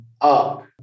up